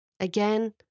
Again